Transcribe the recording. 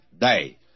day